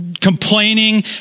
complaining